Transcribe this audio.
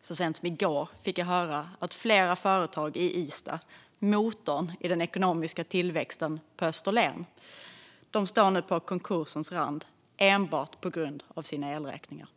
Så sent som i går fick jag höra att flera företag i Ystad, motorn i den ekonomiska tillväxten på Österlen, nu står på konkursens rand enbart på grund av sina elräkningar.